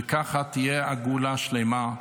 וככה תהיה גאולה שלמה.